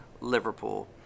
Liverpool